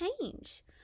change